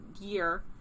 year